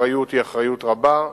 האחריות היא אחריות רבה,